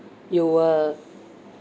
you will